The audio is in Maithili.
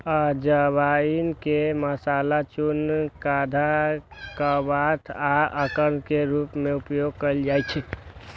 अजवाइन के मसाला, चूर्ण, काढ़ा, क्वाथ आ अर्क के रूप मे उपयोग कैल जाइ छै